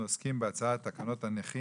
אנחנו עוסקים בהצעת תקנות הנכים,